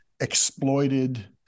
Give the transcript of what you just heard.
exploited